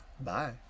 Bye